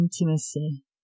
intimacy